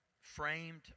framed